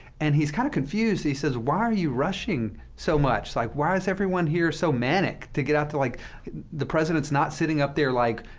and he's kind of confused he says why are you rushing so much? like, why is everyone here so manic to get out to like the president's not sitting up there like,